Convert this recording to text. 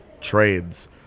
trades